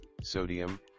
sodium